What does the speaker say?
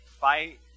fight